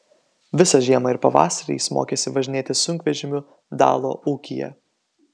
visą žiemą ir pavasarį jis mokėsi važinėti sunkvežimiu dalo ūkyje